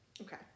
Okay